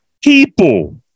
people